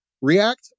React